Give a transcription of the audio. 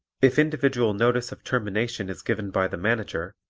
if individual notice of termination is given by the manager,